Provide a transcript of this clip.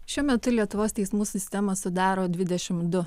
šiuo metu lietuvos teismų sistemą sudaro dvidešim du